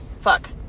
fuck